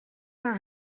maar